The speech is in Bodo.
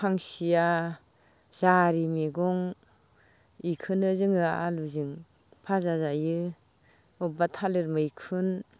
खांसिया जारि मैगं बेखौनो जोङो आलुजों भाजा जायो बबेबा थालिर मैखुन